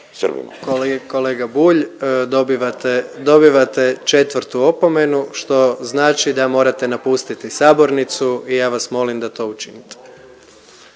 Kolega Bulj dobivate, dobivate četvrtu opomenu što znači da morate napustiti sabornicu i ja vas molim da to učinite.